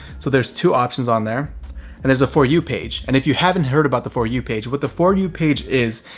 so there's two options on there, and there's a for you page. and if you haven't heard about the for you page, what the for you page is,